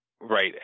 Right